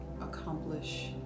accomplish